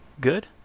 Good